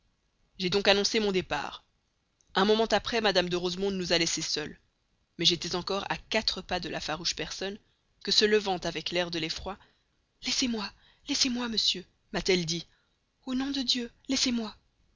j'ai donc annoncé mon départ un moment après mme de rosemonde nous a laissés seuls mais j'étais encore à quatre pas de la farouche personne que se levant avec l'air de l'effroi laissez-moi laissez-moi monsieur m'a-t-elle dit au nom de dieu laissez-moi